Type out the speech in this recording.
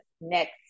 next